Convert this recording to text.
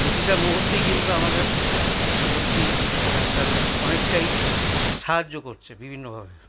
প্রতিটা মুহূর্তে কিন্তু আমাদের প্রযুক্তি আজকাল অনেকটাই সাহায্য করছে বিভিন্নভাবে